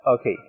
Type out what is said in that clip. Okay